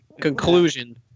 conclusion